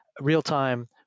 real-time